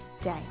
day